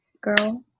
girl